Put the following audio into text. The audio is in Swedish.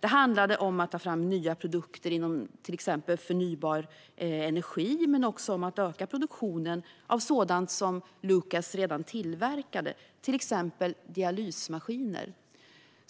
Det handlade om att ta fram nya produkter inom till exempel förnybar energi, men också om att öka produktionen av sådant som Lucas redan tillverkade, såsom dialysmaskiner.